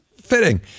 Fitting